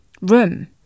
room